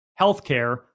healthcare